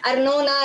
ארנונה,